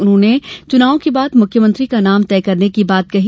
उन्होंने चुनाव के बाद मुख्यमंत्री का नाम तय करने की बात कही